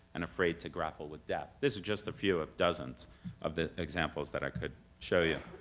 and afraid to grapple with death. these are just a few of dozens of the examples that i could show you.